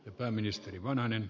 arvoisa puhemies